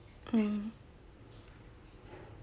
mm